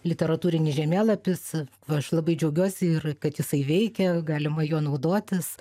literatūrinis žemėlapis aš labai džiaugiuosi ir kad jisai veikia galima juo naudotis